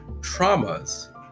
traumas